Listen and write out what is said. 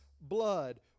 blood